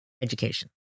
education